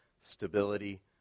stability